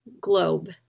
globe